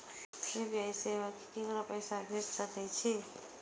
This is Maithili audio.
यू.पी.आई सेवा से ककरो पैसा भेज सके छी?